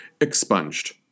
expunged